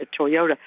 Toyota